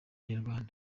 inyarwanda